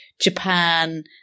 Japan